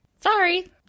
Sorry